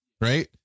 right